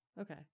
Okay